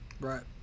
right